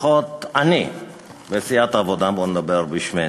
לפחות אני בסיעת העבודה, בוא נדבר בשמנו,